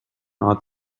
ought